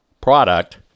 product